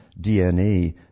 DNA